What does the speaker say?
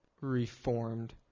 reformed